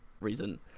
reason